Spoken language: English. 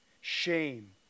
shame